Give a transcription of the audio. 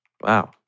Wow